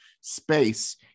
space